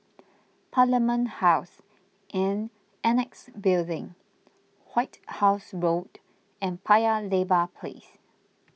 Parliament House and Annexe Building White House Road and Paya Lebar Place